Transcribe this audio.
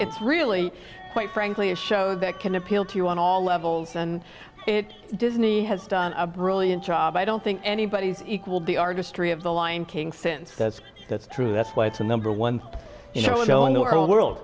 it's really quite frankly a show that can appeal to you on all levels and it disney has done a brilliant job i don't think anybody's equaled the artistry of the lion king since that's true that's why it's a number one show in the world